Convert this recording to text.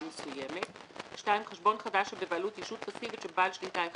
מסוימת; חשבון חדש שבבעלות ישות פסיבית שבעל שליטה אחד